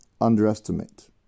underestimate